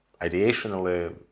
ideationally